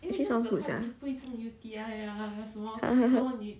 it actually sounds good sia